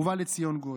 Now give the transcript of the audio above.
ובא לציון גואל.